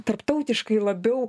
tarptautiškai labiau